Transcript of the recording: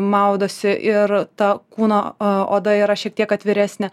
maudosi ir ta kūno a oda yra šiek tiek atviresnė